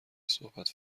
صحبت